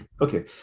Okay